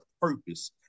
purpose